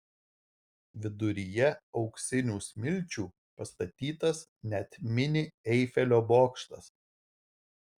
viduryje auksinių smilčių pastatytas net mini eifelio bokštas